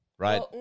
Right